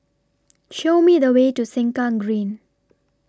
Show Me The Way to Sengkang Green